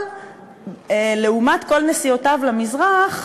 אבל לעומת כל נסיעותיו למזרח,